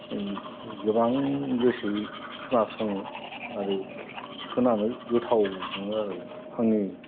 गोबां गोसोयै खोनासङो आरो खोनानो गोथाव मोनो आरो आंनि